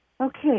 Okay